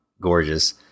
gorgeous